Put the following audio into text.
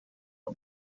let